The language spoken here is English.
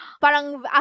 parang